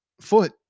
foot